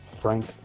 Frank